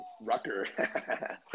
Rucker